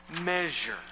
measure